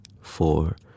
four